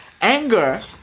Anger